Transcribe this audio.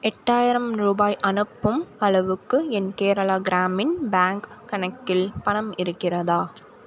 எட்டாயிரம் ரூபாய் அனுப்பும் அளவுக்கு என் கேரளா கிராமின் பேங்க் கணக்கில் பணம் இருக்கிறதா